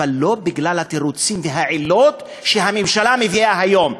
אבל לא בגלל התירוצים והעילות שהממשלה מביאה היום.